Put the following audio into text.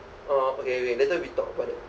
ah okay wait later we talk about that